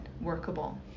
workable